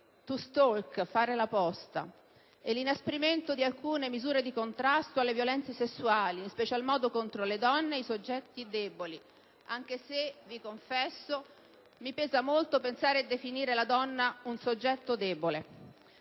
*to stalk*, «fare la posta»), e l'inasprimento di alcune misure di contrasto alle violenze sessuali, in special modo contro le donne e i soggetti deboli. Vi confesso, però, che mi pesa molto pensare e definire la donna un soggetto debole: